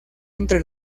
entre